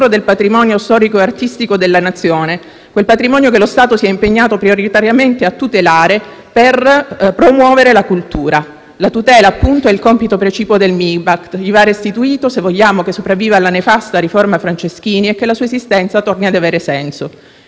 del patrimonio storico e artistico della Nazione, che lo Stato si è impegnato prioritariamente a tutelare, per promuovere la cultura. La tutela, appunto, è il compito precipuo del MIBAC; gli va restituito se vogliamo che sopravviva alla nefasta riforma Franceschini e che la sua esistenza torni ad avere senso.